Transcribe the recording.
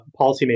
policymakers